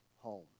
home